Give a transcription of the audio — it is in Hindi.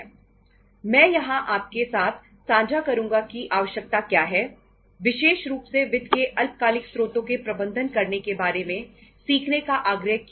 मैं यहां आपके साथ सांझा करूंगा कि आवश्यकता क्या है विशेष रुप से वित्त के अल्पकालिक स्रोतों के प्रबंधन करने के बारे में सीखने का आग्रह क्यों